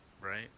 right